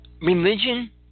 Religion